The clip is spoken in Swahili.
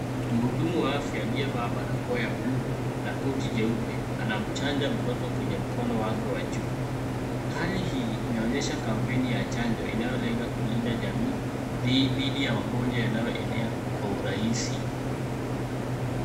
Mhudumu wa afya aliyevaa barakoa ya buluu na koti jeupe anamchanja mtoto kwenye mkono wake wa juu. Hali hii inaonyesha kampeni ya chanjo inayolenga kulinda jamii dhidi ya magonjwa yanayoenea kwa urahisi.